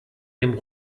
dem